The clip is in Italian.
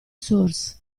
source